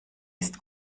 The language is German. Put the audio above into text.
ist